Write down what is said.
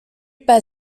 p’pa